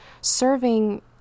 serving